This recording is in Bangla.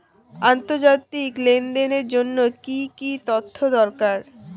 আন্তর্জাতিক লেনদেনের জন্য কি কি তথ্য দরকার?